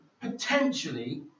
potentially